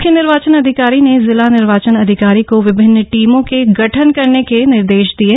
मुख्य निर्वाचन अधिकारी ने जिला निर्वाचन अधिकारी विभिन्न टीमों के गठन करने के निर्देश को दिये